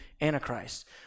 Antichrist